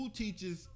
teaches